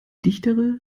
dichtere